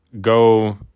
Go